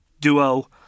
duo